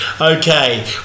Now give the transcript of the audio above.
Okay